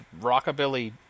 rockabilly